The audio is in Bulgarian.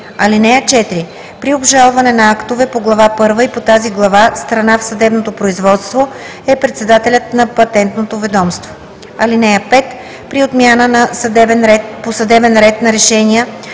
(4) При обжалване на актове по глава първа и по тази глава страна в съдебното производство е председателят на Патентното ведомство. (5) При отмяна по съдебен ред на решения